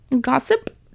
Gossip